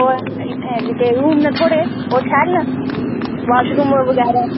हून में थुआढ़े ओह् शैल न वॉशरूम बगैरा